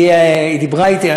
היא דיברה אתי.